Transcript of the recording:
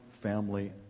family